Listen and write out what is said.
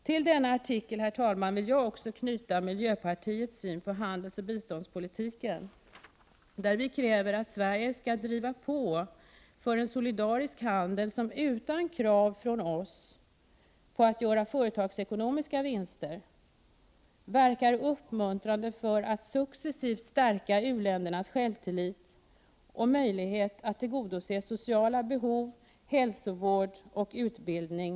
Till artikel 25 vill jag också knyta miljöpartiets syn på handelsoch biståndspolitiken. Vi i miljöpartiet kräver att Sverige skall vara pådrivande för att få till stånd en solidarisk handel som — utan krav från oss på att göra företagsekonomiska vinster — uppmuntrar till att successivt stärka uländernas självtillit och möjlighet att tillgodose sociala behov, hälsovård och utbildning.